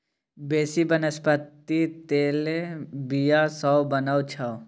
बेसी बनस्पति तेल बीया सँ बनै छै